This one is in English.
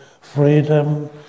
freedom